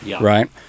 right